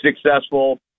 successful